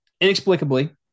Inexplicably